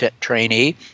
trainee